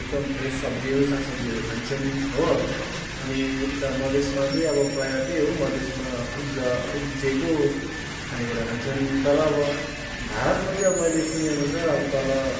एकदम फ्रेस सब्जीहरू सागसब्जीहरू खान्छन् हो अनि यता मधेसमा चाहिँ अब प्रायः त्यही हो मधेसमा उब्जाउ उब्जिएको खानेकुरा खान्छन् तर अब भातमा चाहिँ मैले अब सुनेको अनुसार अब तल